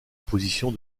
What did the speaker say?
position